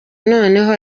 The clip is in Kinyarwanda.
noneho